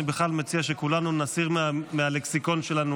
אני בכלל מציע שכולנו נסיר מהלקסיקון שלנו